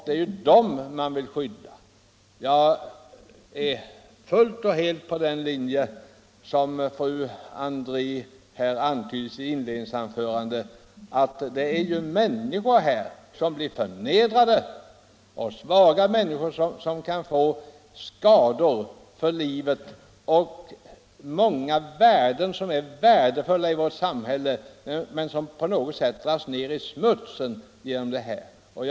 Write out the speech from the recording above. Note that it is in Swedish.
Det är dem vi vill skydda. Jag är helt på samma linje som fru André angav i sitt inledningsanförande, alltså att här gäller det människor som blir förnedrade. Det handlar om svaga människor som kan få skador för livet. Och det gäller också betydelsefulla värden för vårt samhälle som så att säga dras ner i smutsen genom den verksamhet som här påtalas.